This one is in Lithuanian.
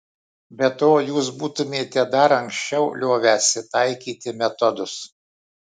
be to jūs būtumėte dar anksčiau liovęsi taikyti metodus